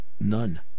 None